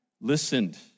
listened